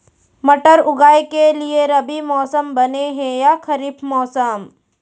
मटर उगाए के लिए रबि मौसम बने हे या खरीफ मौसम?